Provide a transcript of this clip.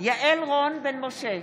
יעל רון בן משה,